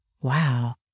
Wow